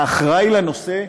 האחראי לנושא,